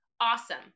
Awesome